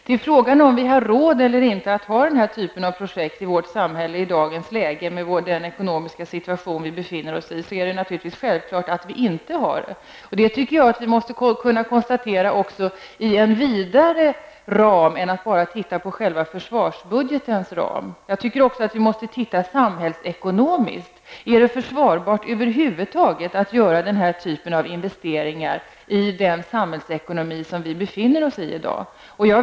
På frågan om vi har råd eller inte att bedriva denna typ av projekt i vårt samhälle i dagens läge med den ekonomiska situation som vi befinner oss i vill jag svara att det naturligtvis är självklart att vi inte har råd. Det måste vi kunna konstatera även i en vidare ram än att bara se på själva förvarsbudgetens ram. Vi måste agera samhällsekonomiskt. Är det försvarbart över huvud taget att göra denna typ av invesetringar i den samhällsekonomi som vi befinner oss i i dag?